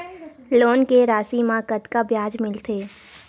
Loan के राशि मा कतका ब्याज मिलथे?